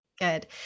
Good